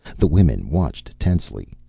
the women watched tensely,